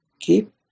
keep